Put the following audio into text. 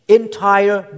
entire